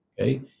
Okay